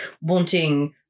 wanting